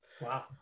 Wow